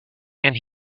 and